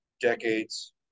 decades